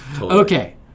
Okay